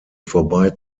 vorbei